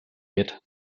wird